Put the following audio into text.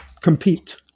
compete